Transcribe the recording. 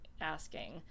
asking